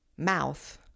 Mouth